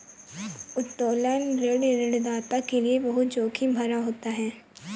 उत्तोलन ऋण ऋणदाता के लये बहुत जोखिम भरा होता है